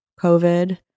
COVID